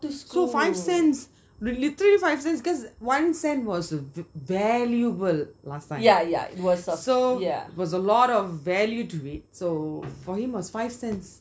so five cents really three five cents cause one cent was v~ valuable last time it was a lot of value to it so for him was five cents